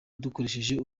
dukoresheje